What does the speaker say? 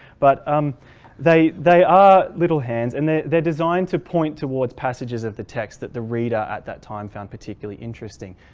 but um they they are little hands and they're designed to point towards passages of the text that the reader at that time found particularly interesting.